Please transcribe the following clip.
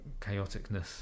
chaoticness